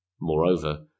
Moreover